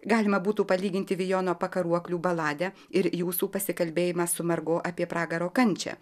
galima būtų palyginti vijono pakaruoklių baladę ir jūsų pasikalbėjimą su margo apie pragaro kančią